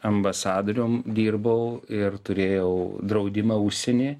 ambasadorium dirbau ir turėjau draudimą užsieny